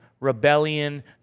rebellion